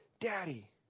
Daddy